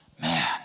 Man